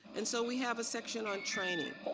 and so we have a section on training